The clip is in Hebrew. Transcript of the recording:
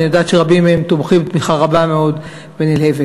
שאני יודעת שרבים מהם תומכים תמיכה רבה מאוד ונלהבת.